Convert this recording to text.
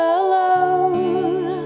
alone